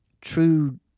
true